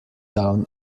down